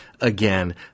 again